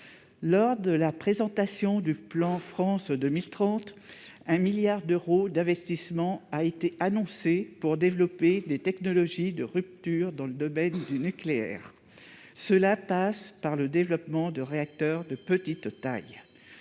Lors de la présentation du plan France 2030, un investissement de 1 milliard d'euros a été annoncé pour le développement de technologies de rupture dans le domaine du nucléaire. Cela passe par le développement de réacteurs de petite taille,